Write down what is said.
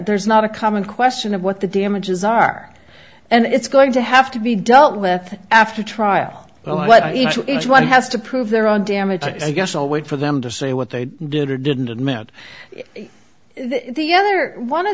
there's not a common question of what the damages are and it's going to have to be dealt with after trial well what each one has to prove their own damages i guess we'll wait for them to say what they did or didn't match the other one o